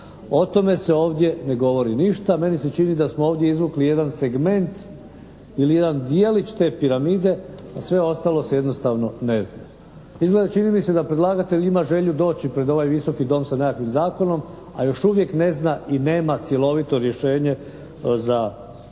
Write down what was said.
O tome se ovdje ne govori ništa. Meni se čini da smo ovdje izvukli jedan segment ili jedan djelić te piramide. Sve ostalo se jednostavno ne zna. Izgleda, čini mi se da predlagatelj ima želju doći pred ovaj Visoki dom sa nekakvim zakonom, a još uvijek ne zna i nema cjelovito rješenje za